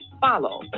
follow